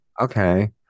Okay